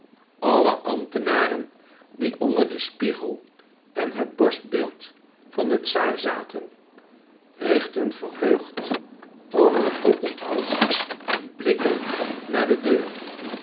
alle ambtenaren die onder den spiegel en het borstbeeld van den czaar zaten richtten verheugd over het oponthoud hun blikken naar de deur